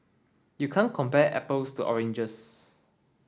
you can't compare apples to oranges